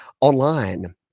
online